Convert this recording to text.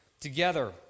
Together